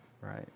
right